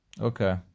okay